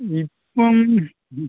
ഇപ്പം ഉം